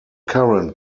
current